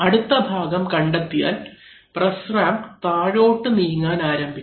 അടുത്ത ഭാഗം കണ്ടെത്തിയാൽ പ്രസ് റാം താഴോട്ട് നീങ്ങാൻ ആരംഭിക്കും